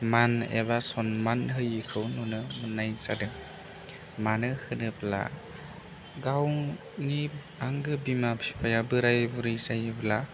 मान एबा सनमान होयिखौ नुनो मोन्नाय जादों मानो होनोब्ला गावनि आंगो बिमा बिफाया बोराय बुरि जायोब्ला